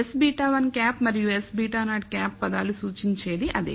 s β̂1 మరియు s β̂0 పదాలు సూచించేది అదే